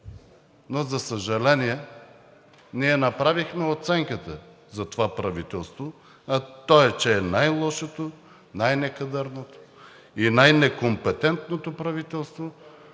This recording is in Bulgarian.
Но за съжаление… Ние направихме оценката за това правителство, а тя е, че е най-лошото, най некадърното и най-некомпетентното правителство